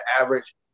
average